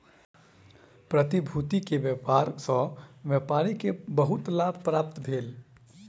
प्रतिभूति के व्यापार सॅ व्यापारी के बहुत लाभ प्राप्त भेल